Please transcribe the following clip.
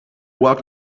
what